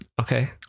okay